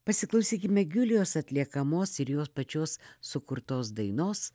pasiklausykime giulijos atliekamos ir jos pačios sukurtos dainos